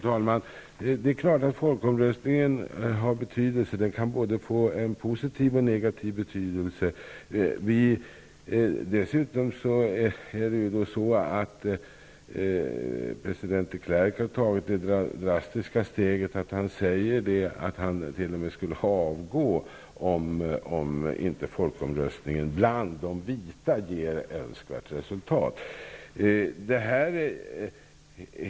Fru talman! Det är klart att folkomröstningen har betydelse. Det kan bli både en positiv och en negativ betydelse. Dessutom har ju de Klerk tagit det drastiska steget att förklara att han t.o.m. skulle avgå om folkomröstningen bland de vita ger det önskade resultatet.